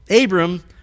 Abram